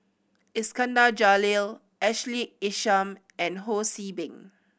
Iskandar Jalil Ashley Isham and Ho See Beng